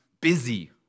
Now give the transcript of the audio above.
busy